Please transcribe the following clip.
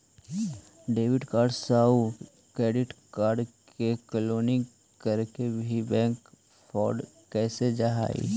debit card आउ credit card के cloning करके भी बैंक फ्रॉड कैल जा हइ